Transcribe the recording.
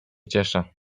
cieszę